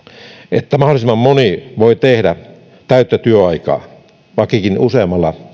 että mahdollisimman moni voi tehdä täyttä työaikaa vaikkakin useammalla